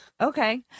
Okay